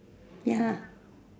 ya